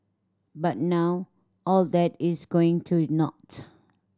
but now all that is going to naught